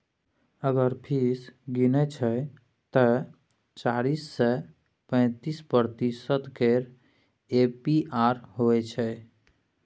अगर फीस गिनय छै तए चारि सय पैंतीस प्रतिशत केर ए.पी.आर होइ छै